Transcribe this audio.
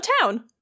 town